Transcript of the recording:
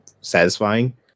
satisfying